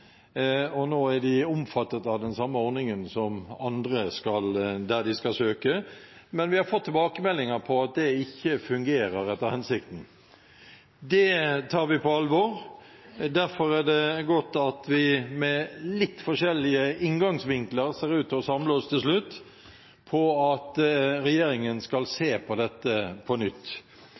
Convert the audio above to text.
og nå er de omfattet av den samme ordningen som andre har, når de skal søke. Men vi har fått tilbakemeldinger om at det ikke fungerer etter hensikten. Det tar vi på alvor. Derfor er det godt at vi med litt forskjellige inngangsvinkler ser ut til å samle oss til slutt, om at regjeringen skal se på dette på nytt.